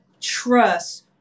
trust